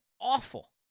awful